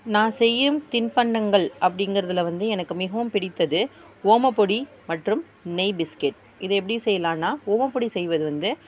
நான் செய்யும் தின்பண்டங்கள் அப்படிங்குறதுல வந்து எனக்கு மிகவும் பிடித்தது ஓமப்பொடி மற்றும் நெய் பிஸ்கெட் இதை எப்படி செய்யலான்னா ஓமப்பொடி செய்வது வந்து